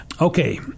Okay